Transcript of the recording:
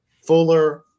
fuller